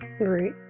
Right